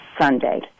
Sunday